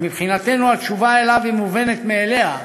שמבחינתנו התשובה עליו היא מובנת מאליה,